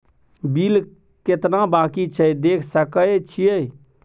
Bill केतना बाँकी छै देख सके छियै?